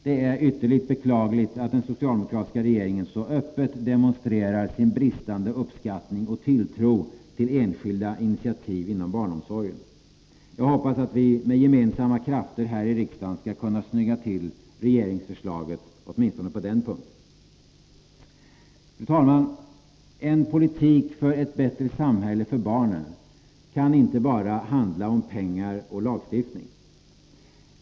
Det är ytterligt beklagligt att den socialdemokratiska regeringen så öppet demonstrerar sin brist på uppskattning av och tilltro till enskilda initiativ inom barnomsorgen. Jag hoppas att vi med gemensamma krafter här i riksdagen skall kunna snygga till regeringsförslaget åtminstone på den punkten. Fru talman! En politik för ett bättre samhälle för barnen kan inte bara handla om pengar och lagstiftning.